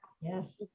yes